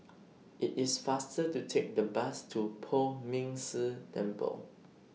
IT IS faster to Take The Bus to Poh Ming Tse Temple